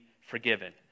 forgiven